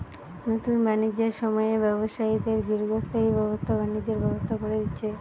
নুতন বাণিজ্যের সময়ে ব্যবসায়ীদের দীর্ঘস্থায়ী ব্যবসা বাণিজ্যের ব্যবস্থা কোরে দিচ্ছে